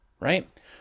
right